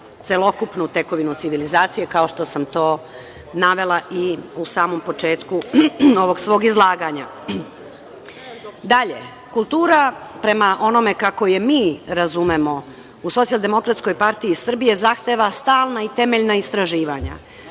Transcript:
celokupnu tekovinu civilizacije, kao što sam to navela i u samom početku ovog svog izlaganja. Dalje, kultura, prema onome kako je mi razumemo u Socijaldemokratskoj partiji Srbije, zahteva stalna i temeljna istraživanja.